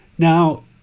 Now